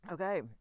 Okay